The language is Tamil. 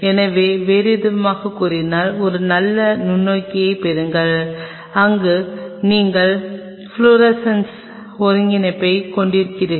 எனவே வேறுவிதமாகக் கூறினால் ஒரு நல்ல நுண்ணோக்கியைப் பெறுங்கள் அங்கு நீங்கள் ஃப்ளோரசன்ஸின் ஒருங்கிணைப்பைக் கொண்டிருக்கிறீர்கள்